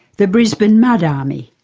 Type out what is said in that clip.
the brisbane mud army,